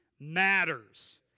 matters